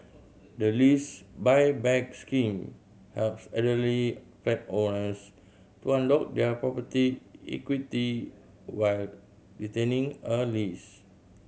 the Lease Buyback Scheme helps elderly flat owners to unlock their property equity while retaining a lease